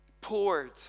Poured